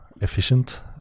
efficient